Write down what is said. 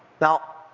Now